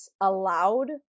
allowed